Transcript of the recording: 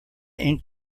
ink